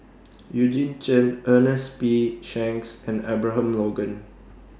Eugene Chen Ernest P Shanks and Abraham Logan